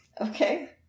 Okay